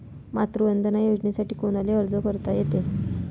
मातृवंदना योजनेसाठी कोनाले अर्ज करता येते?